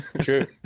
True